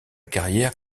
carrière